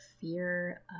fear